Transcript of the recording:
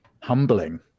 humbling